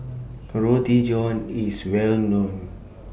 Kroti John IS Well known